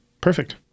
Perfect